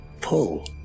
pull